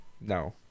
no